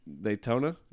Daytona